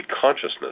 consciousness